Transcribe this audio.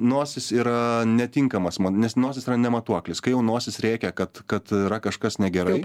nosis yra netinkamas nes nosis yra ne matuoklis kai jau nosis rėkia kad kad yra kažkas negerai